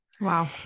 Wow